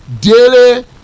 daily